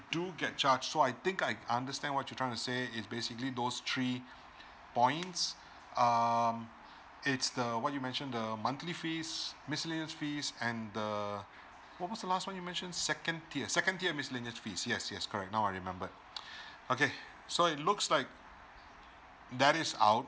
i do get charged so I think I understand what you trying to say is basically those three points um it's the what you mentioned the monthly fees miscellaneous fees and the what was the last one you mentioned second tier second tier miscellaneous fees yes yes correct now i remembered okay so it looks like that is out